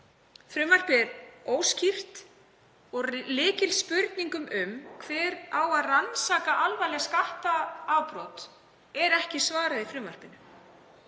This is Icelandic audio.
Frumvarpið er óskýrt og lykilspurningum um hver eigi að rannsaka alvarleg skattaafbrot er ekki svarað í frumvarpinu.